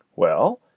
well,